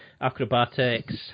acrobatics